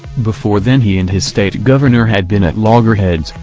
before then he and his state governor had been at loggerheads,